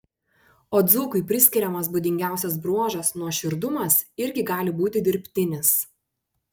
o dzūkui priskiriamas būdingiausias bruožas nuoširdumas irgi gali būti dirbtinis